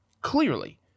Clearly